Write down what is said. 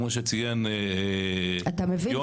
אתה מבין?